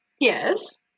Yes